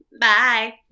Bye